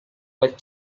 with